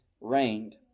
reigned